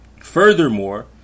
Furthermore